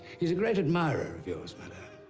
he's a great admirer of yours, madame.